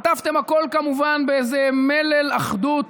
עטפתם הכול כמובן באיזה מלל אחדות